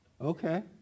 Okay